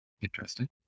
Interesting